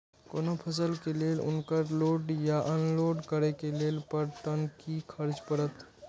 कोनो फसल के लेल उनकर लोड या अनलोड करे के लेल पर टन कि खर्च परत?